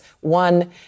one